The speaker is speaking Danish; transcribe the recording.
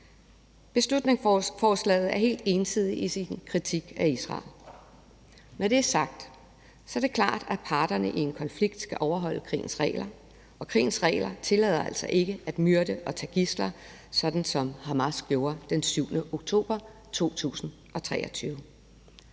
Beslutningsforslaget er helt ensidigt i sin kritik af Israel. Når det er sagt, er det klart, at parterne i en konflikt skal overholde krigens regler, og krigens regler tillader altså ikke at myrde og tage gidsler, sådan som Hamas gjorde den 7. oktober 2023.